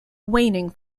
waning